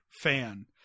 fan